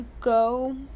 go